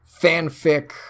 fanfic